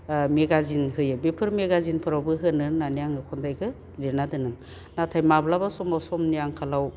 ओ मेगाजिन होयो बेफोर मेगाजिनफोरावबो होनो होननानै आङो खन्थाइखो लिरना दोनो नाथाय माब्लाबा समाव समनि आंखालाव